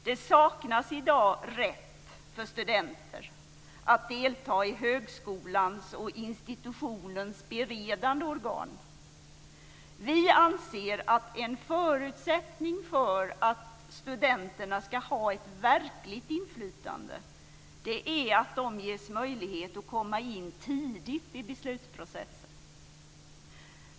Det saknas i dag rätt för studenter att delta i högskolans och institutionens beredande organ. Vi anser att en förutsättning för att studenterna ska ha ett verkligt inflytande är att de ges möjlighet att komma in tidigt i beslutsprocessen.